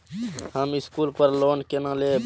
हम स्कूल पर लोन केना लैब?